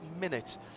minute